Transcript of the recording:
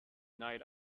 night